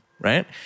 right